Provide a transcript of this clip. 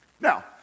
Now